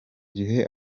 gihe